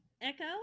Echo